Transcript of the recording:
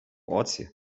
oczy